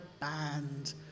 band